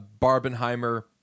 barbenheimer